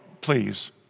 please